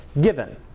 given